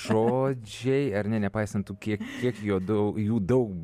žodžiai ar ne nepaisant to kiek kiek juo dau jų daug